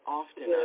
often